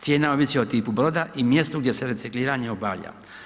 Cijena ovisi o tipu broda i mjestu gdje se recikliranje obavlja.